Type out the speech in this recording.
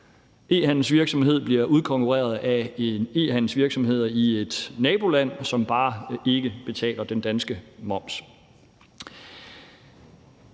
e-handelsvirksomhed bliver udkonkurreret af en e-handelsvirksomhed i et naboland, som bare ikke betaler den danske moms.